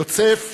יוסף שפרינצק,